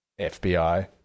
FBI